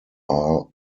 are